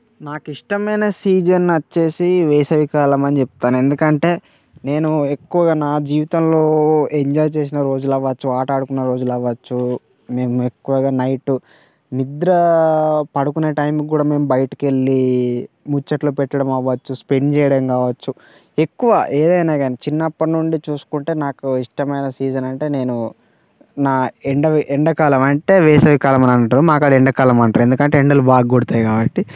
నాకు ఇష్టమైన సీజన్ వచ్చి వేసవికాలం అని చెప్తాను ఎందుకంటే నేను ఎక్కువగా నా జీవితంలో ఎంజాయ్ చేసిన రోజులు అవ్వచ్చు ఆట ఆడుకున్న రోజులు అవ్వచ్చు మేము ఎక్కువగా నైట్ నిద్ర పడుకునే టైం కూడా మేము బయటకు వెళ్ళి ముచ్చట్లు పెట్టడం అవ్వచ్చు స్పెండ్ చేయడం కావచ్చు ఎక్కువ ఏదైనా కానీ చిన్నప్పటినుండి చూసుకుంటే నాకు ఇష్టమైన సీజన్ అంటే నేను నా ఎండ ఎండాకాలం అంటే వేసవికాలం అని అంటారు మాకాడ ఎండాకాలం అని అంటారు ఎందుకంటే ఎండలు బాగా కొడతాయి కాబట్టి